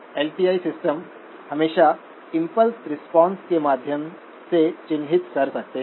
L T I system हमेशा impulse response के माध्यम से चिह्नित कर सकते हैं